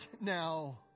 now